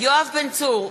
יואב בן צור,